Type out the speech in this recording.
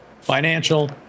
financial